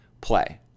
play